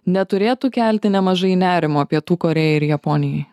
neturėtų kelti nemažai nerimo pietų korėjai ir japonijai